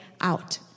out